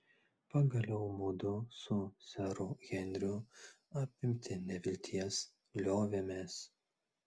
pagaliau mudu su seru henriu apimti nevilties liovėmės